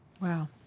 Wow